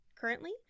currently